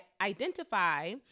identify